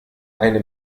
eine